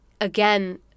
again